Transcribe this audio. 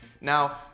Now